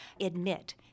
admit